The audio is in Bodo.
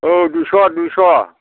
औ दुइस' दुइस'